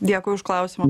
dėkui už klausimą